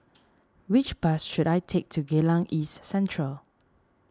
which bus should I take to Geylang East Central